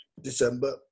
December